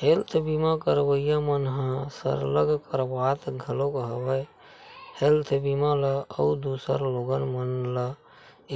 health बीमा करवइया मन ह सरलग करवात घलोक हवय हेल्थ बीमा ल अउ दूसर लोगन मन ल